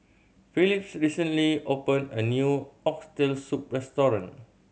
Phillis recently opened a new Oxtail Soup restaurant